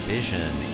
Vision